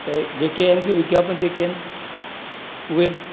त जेके आहिनि की विज्ञापन जेके आहिनि उहे